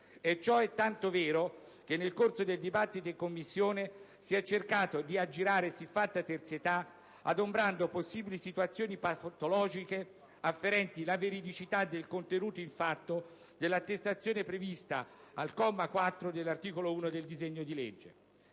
Ciò è tanto vero che nel corso del dibattito in Commissione si è cercato di aggirare siffatta terzietà, adombrando possibili situazioni patologiche afferenti la veridicità del contenuto in fatto dell'attestazione prevista al comma 4 dell'articolo 1 del disegno di legge.